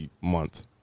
month